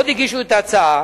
עוד הגישו את ההצעה